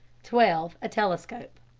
twelve. a telescope.